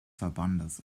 verbandes